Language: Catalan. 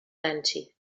nancy